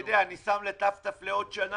אני שם את זה ל-ת"ת (תיק תזכורת) לעוד שנה,